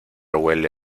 huele